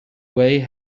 way